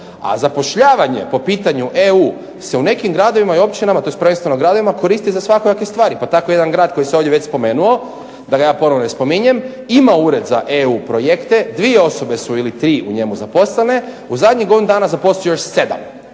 A zapošljavanje po pitanju EU se u nekim gradovima i općinama tj. prvenstveno gradovima koristi za svakojake stvari. Pa tako jedan grad koji se ovdje već spomenuo, da ga ja ponovo ne spominjem, ima Ured za EU projekte, dvije osobe su ili tri u njemu zaposlene, u zadnjih godinu dana zaposlit će još sedam.